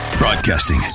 Broadcasting